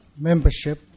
membership